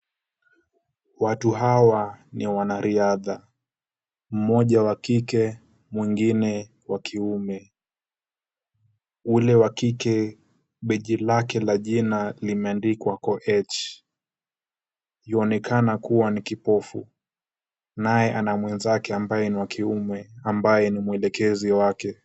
Watu hawa ni wanariadha, mmoja wa kike mwingine wa kiume, ule wa kike beji lake la jina limeandikwa Koech. Yuonekana kuwa ni kipofu, naye ana mwenzake ambaye ni wa kiume ambaye ni mwelekezi wake.